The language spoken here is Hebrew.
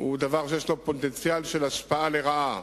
יש פוטנציאל של השפעה לרעה